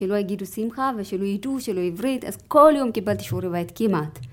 שלא יגידו שמחה, ושלא ידעו, שלא עברית אז כל יום קיבלתי שיעורי בית כמעט.